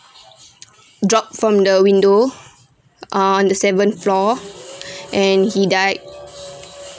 drop from the window on the seventh floor and he died